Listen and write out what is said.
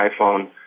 iPhone